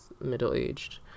middle-aged